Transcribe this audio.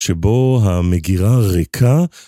שבו המגירה ריקה..